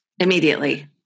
immediately